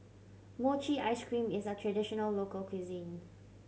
mochi ice cream is a traditional local cuisine